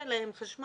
שאין להם חשמל,